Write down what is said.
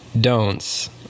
don'ts